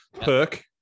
Perk